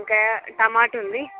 ఇంకా టమాటా ఉంది